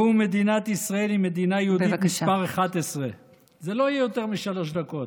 מדינת ישראל היא מדינה יהודית מס' 11. זה לא יהיה יותר משלוש דקות,